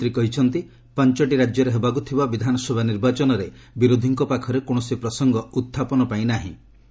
ପ୍ରଧାନମନ୍ତ୍ରୀ କହିଛନ୍ତି ପାଞ୍ଚଟି ରାଜ୍ୟରେ ହେବାକୁ ଥିବା ବିଧାନସଭା ନିର୍ବାଚନରେ ବିରୋଧୀଙ୍କ ପାଖରେ କୌଣସି ପ୍ରସଙ୍ଗ ଉତ୍ଥାପନପାଇଁ ନାହିଁ